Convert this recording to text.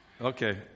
Okay